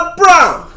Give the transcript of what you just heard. brown